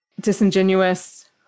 disingenuous